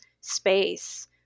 space